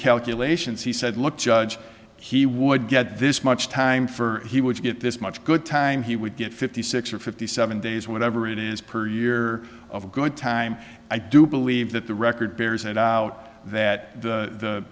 calculations he said look judge he would get this much time for he would get this much good time he would get fifty six or fifty seven days whatever it is per year of good time i do believe that the record bears it out that